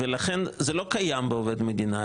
לא יכול להיות שכאלה שעבדו לפני זה וחוזרים